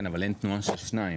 כן, אבל אין תנועה של שניים.